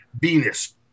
Venus